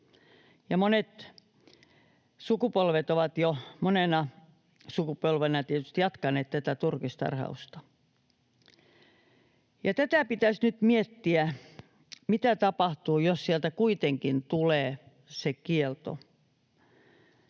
monet sukupolvet ovat jo monena sukupolvena tietysti jatkaneet tätä turkistarhausta. Nyt pitäisi miettiä, mitä tapahtuu, jos sieltä kuitenkin tulee se kielto.